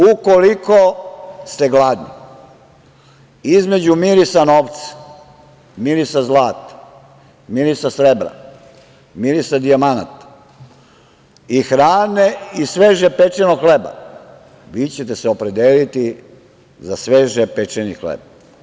Ukoliko ste gladni između mirisa novca, mirisa zlata, mirisa srebra, mirisa dijamanata i hrane i sveže pečenog hleba vi ćete se opredeliti za sveže pečeni hleb.